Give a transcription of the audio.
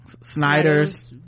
snyder's